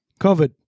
covid